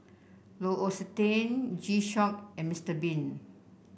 L'Occitane G Shock and Mister Bean